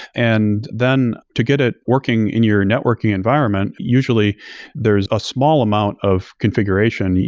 and then to get it working in your networking environment, usually there's a small amount of conf iguration,